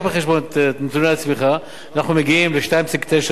את נתוני הצמיחה, אנחנו מגיעים ל-2.9%